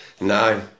no